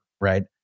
right